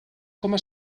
coma